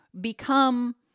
become